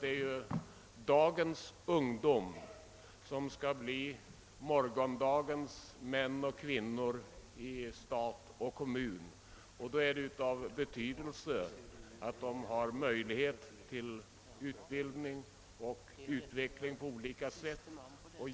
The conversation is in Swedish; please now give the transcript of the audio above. Det är ju dagens ungdom som skall bli morgondagens män och kvinnor i stat och kommun, och det är av betydelse att de har möjlighet till utbildning och utveckling på olika sätt.